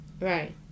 Right